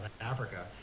Africa